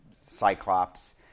Cyclops